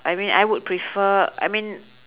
I mean I would prefer I mean